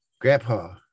Grandpa